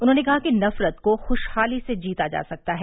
उन्होंने कहा कि नफरत को खुशहाली से जीता जा सकता है